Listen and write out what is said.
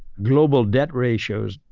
global debt ratios,